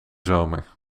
zomer